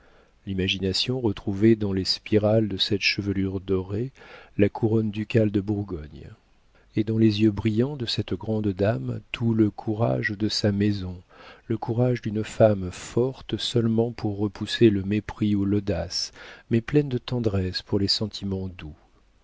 l'imagination retrouvait dans les spirales de cette chevelure dorée la couronne ducale de bourgogne et dans les yeux brillants de cette grande dame tout le courage de sa maison le courage d'une femme forte seulement pour repousser le mépris ou l'audace mais pleine de tendresse pour les sentiments doux